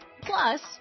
Plus